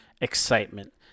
excitement